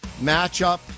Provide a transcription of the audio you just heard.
matchup